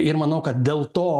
ir manau kad dėl to